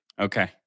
Okay